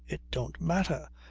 it don't matter.